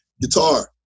guitar